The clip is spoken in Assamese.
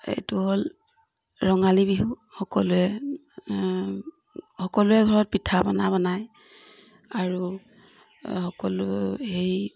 এইটো হ'ল ৰঙালী বিহু সকলোৱে সকলোৱে ঘৰত পিঠা পনা বনায় আৰু সকলো সেই